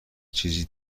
چیزی